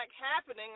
happening